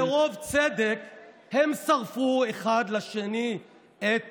מרוב צדק הם שרפו אחד לשני את